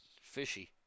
fishy